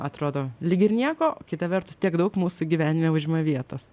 atrodo lyg ir nieko o kita vertus tiek daug mūsų gyvenime užima vietos